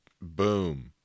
boom